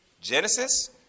Genesis